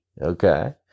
okay